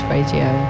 Radio